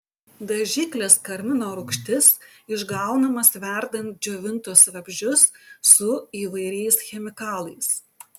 dažiklis karmino rūgštis išgaunamas verdant džiovintus vabzdžius su įvairiais chemikalais